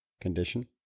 condition